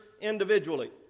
individually